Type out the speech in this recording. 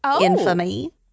Infamy